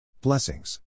Blessings